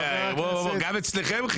חבר הכנסת אחמד טיב,